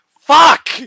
fuck